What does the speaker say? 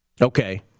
Okay